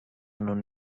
non